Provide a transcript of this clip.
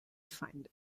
feinde